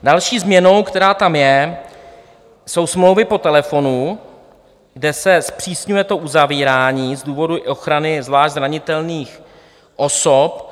Další změnou, která tam je, jsou smlouvy po telefonu, kde se zpřísňuje uzavírání z důvodu ochrany zvlášť zranitelných osob.